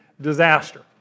disaster